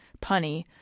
punny